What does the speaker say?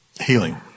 Healing